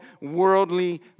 worldly